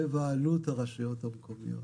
בבעלות הרשויות המקומיות.